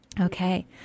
Okay